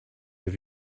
give